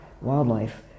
wildlife